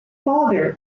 father